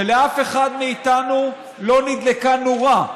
לאף אחד מאיתנו לא נדלקה נורה.